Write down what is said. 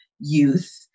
youth